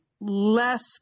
less